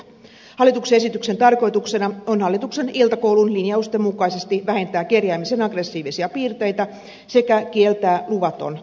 hallituksen esityksen tarkoituksena on hallituksen iltakoulun linjausten mukaisesti vähentää kerjäämisen aggressiivisia piirteitä sekä kieltää luvaton leiriytyminen